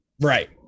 Right